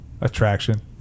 Attraction